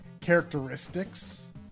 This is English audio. characteristics